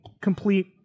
complete